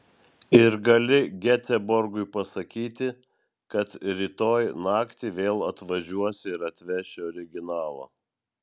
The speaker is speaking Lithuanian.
ir gali geteborgui pasakyti kad rytoj naktį vėl atvažiuosi ir atveši originalą